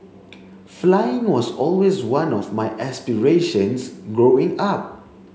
flying was always one of my aspirations growing up